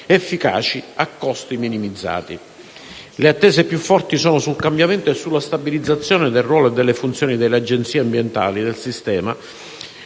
efficaci a costi minimizzati. Le attese più forti sono sul cambiamento e sulla stabilizzazione del ruolo e delle funzioni delle Agenzie ambientali, ruolo